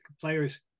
players